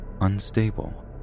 unstable